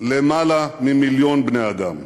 למעלה ממיליון בני-אדם.